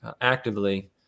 actively